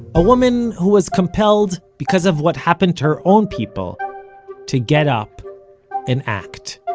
a woman who was compelled because of what happened to her own people to get up and act